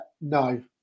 No